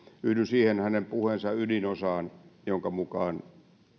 yhdyn siihen hänen puheensa ydinosaan jonka mukaan